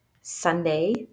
Sunday